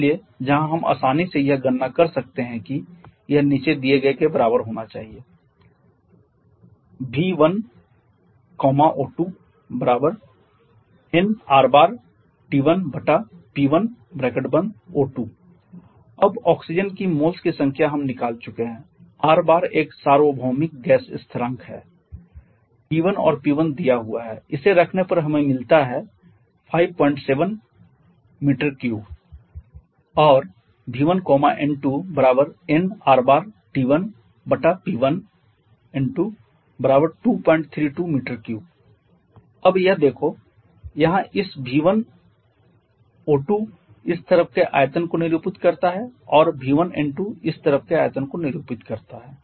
इसलिए जहां हम आसानी से यह गणना कर सकते हैं कि यह नीचे दिए गए के बराबर होना चाहिए V1O2O2 अब ऑक्सीजन की मोल्स की संख्या हम निकाल चुके हैं R एक सार्वभौमिक गैस स्थिरांक हैं T1 और P1 दिया हुआ है इसे रखने पर हमें मिलता है 57 m3 और V1N2N2 232 m3 अब यह देखो यहाँ इस V1O2 इस तरफ के आयतन को निरूपित करता है और V1N2 इस तरफ के आयतन को निरूपित करता है